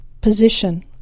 position